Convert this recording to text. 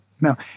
no